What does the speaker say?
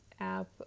app